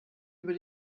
über